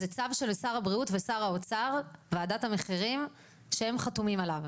זה צו של שר הבריאות ושר האוצר שהם חתומים עליו,